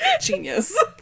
Genius